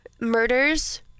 murders